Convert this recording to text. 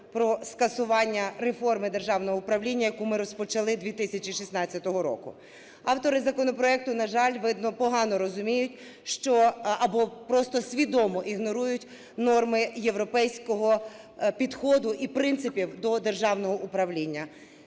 про скасування реформи державного управління, яку ми розпочали 2016 року. Автори законопроекту, на жаль, видно погано розуміють або просто свідомо ігнорують норми європейського підходу і принципів до державного управління.